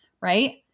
right